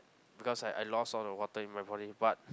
because I I lost all the water in my body but